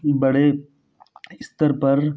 बड़े स्तर पर